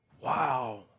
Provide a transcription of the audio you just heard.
wow